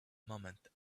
moment